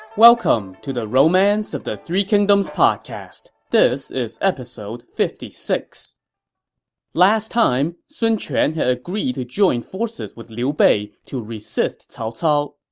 welcome to the romance of the three kingdoms podcast. this is episode fifty six point last time, sun quan had agreed to join forces with liu bei to resist cao cao.